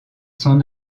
son